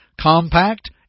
Compact